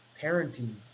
parenting